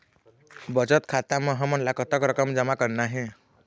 बचत खाता म हमन ला कतक रकम जमा करना हे?